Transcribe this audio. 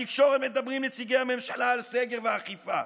בתקשורת מדברים נציגי הממשלה על סגר ואכיפה,